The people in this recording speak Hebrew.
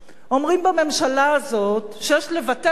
אומרים בממשלה הזאת שיש לבטל את הרשות